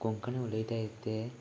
कोंकणी उलयताय ते